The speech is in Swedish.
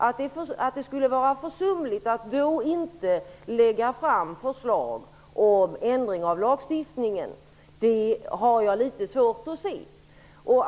Och att det då skulle vara försumligt att inte lägga fram förslag om ändring av lagstiftningen har jag litet svårt att inse.